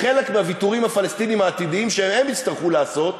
לחלק מהוויתורים העתידיים שהפלסטינים יצטרכו לעשות,